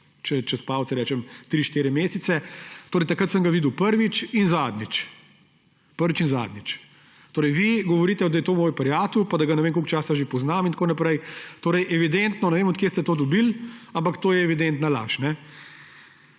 čez palec rečem, tri, štiri mesece. Takrat sem ga videl prvič in zadnjič. Prvič in zadnjič. Vi govorite, da je to moj prijatelj pa da ga ne vem koliko časa že poznam in tako naprej. Ne vem, od kod ste to dobili, ampak to je evidentna laž.